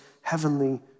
heavenly